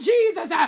Jesus